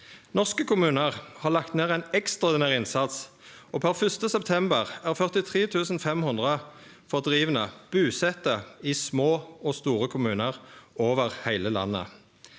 Norske kommunar har lagt ned ein ekstraordinær innsats, og per 1. september er 43 500 fordrivne busette i små og store kommunar over heile landet.